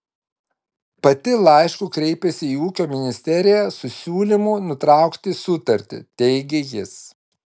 pati laišku kreipėsi į ūkio ministeriją su siūlymu nutraukti sutartį teigė jis